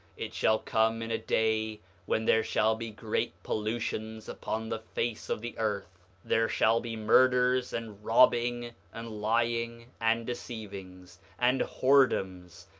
it shall come in a day when there shall be great pollutions upon the face of the earth there shall be murders, and robbing, and lying, and deceivings, and whoredoms,